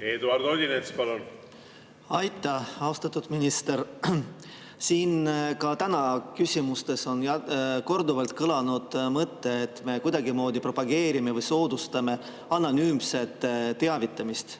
Eduard Odinets, palun! Aitäh! Austatud minister! Siin on täna küsimustes korduvalt kõlanud mõte, et me kuidagimoodi propageerime või soodustame anonüümset teavitamist.